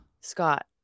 Scott